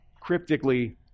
cryptically